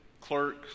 clerk